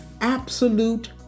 absolute